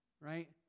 Right